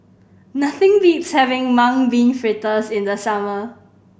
nothing beats having Mung Bean Fritters in the summer